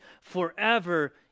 forever